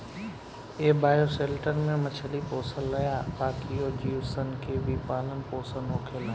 ए bioshelter में मछली पोसल आ बाकिओ जीव सन के भी पालन पोसन होखेला